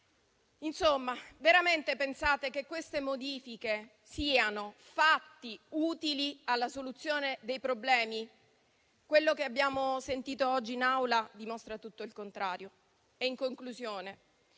Insomma, veramente pensate che queste modifiche siano utili alla soluzione dei problemi? Quello che abbiamo sentito oggi in Aula dimostra tutto il contrario.